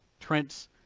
Trent's